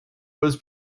was